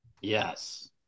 yes